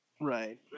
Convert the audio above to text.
Right